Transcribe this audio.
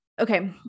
Okay